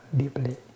deeply